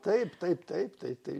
taip taip taip tai tai